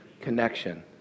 connection